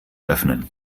öffnen